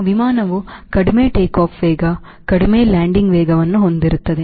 ನಮ್ಮ ವಿಮಾನವು ಕಡಿಮೆ ಟೇಕ್ಆಫ್ ವೇಗ ಕಡಿಮೆ ಲ್ಯಾಂಡಿಂಗ್ ವೇಗವನ್ನು ಹೊಂದಿರುತ್ತದೆ